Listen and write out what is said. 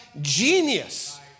genius